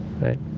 right